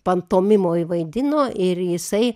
pantomimoj vaidino ir jisai